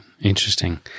Interesting